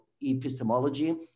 epistemology